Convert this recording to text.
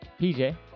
PJ